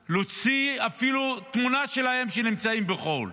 אפילו להוציא תמונה שלהם כשהם נמצאים בחו"ל,